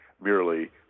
merely